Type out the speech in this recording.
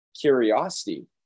curiosity